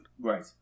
Right